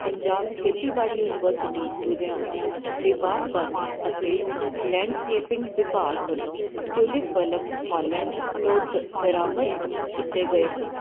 ਪੰਜਾਬ ਖੇਤੀਬਾੜੀ ਯੂਨੀਵਰਸਿਟੀ ਲੁਧਿਆਣਾ ਦੇ ਬਾਗਬਾਨੀ ਅਤੇ ਲੈਂਡਸਕੇਪਿੰਗ ਵਿਭਾਗ ਵੱਲੋਂ ਟਿਊਲਿਪ ਬਲਬ ਹੋਲੈਂਡ ਤੋਂ ਦ ਬਰਾਮਦ ਕੀਤੇ ਗਏ ਹਨ